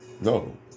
no